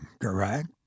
correct